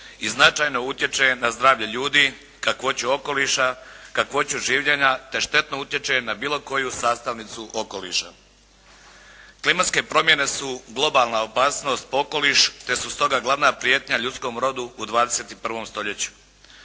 i značajno utječe na zdravlje ljudi, kakvoću okoliša, kakvoću življenja te štetno utječe na bilo koju sastavnicu okoliša. Klimatske promjene su globalna opasnost po okoliš, te su stoga glavna prijetnja ljudskom rodu u 21. stoljeću.